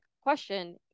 question